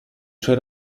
suoi